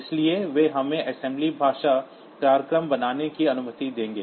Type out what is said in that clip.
इसलिए वे हमें असेंबली भाषा प्रोग्राम बनाने की अनुमति देंगे